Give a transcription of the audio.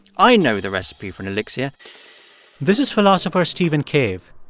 i know the recipe for an elixir this is philosopher stephen cave.